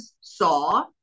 saw